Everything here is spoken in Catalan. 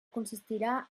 consistirà